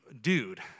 dude